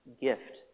gift